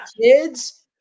kids